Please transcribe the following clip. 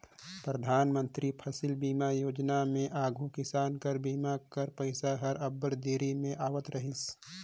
परधानमंतरी फसिल बीमा योजना में आघु किसान कर बीमा कर पइसा हर अब्बड़ देरी में आवत रहिस